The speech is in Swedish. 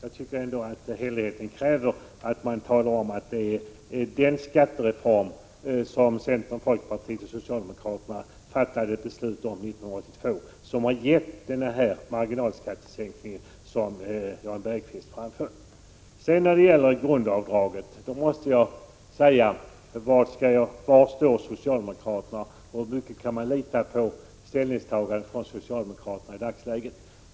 Jag tycker att hederligheten kräver att man talar om att centern, folkpartiet och socialdemokraterna fattade beslut 1982 om den skattereform som gett den marginalskattesänkning som Jan Bergqvist talar om. Beträffande grundavdraget måste jag fråga: Vad skall jag slå vad om med socialdemokraterna, hur mycket kan man lita på ställningstagandet från socialdemokraterna i dagsläget?